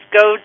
go